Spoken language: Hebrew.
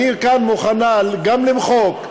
היא כאן מוכנה גם למחוק,